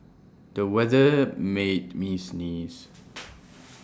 the weather made me sneeze